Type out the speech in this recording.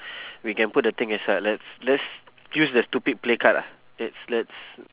we can put the thing aside let's let's use the stupid play card ah let's let's